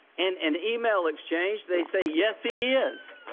and an email exchange they say yes, he is.